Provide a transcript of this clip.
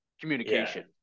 communication